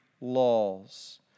laws